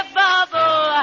bubble